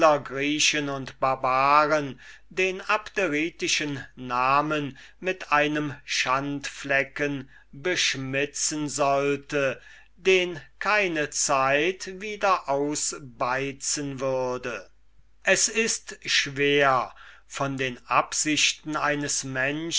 griechen und barbaren den abderitischen namen mit einem schandflecken beschmitzen sollte den keine zeit wieder ausbeizen würde es ist schwer von den absichten eines menschen